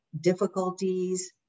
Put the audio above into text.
difficulties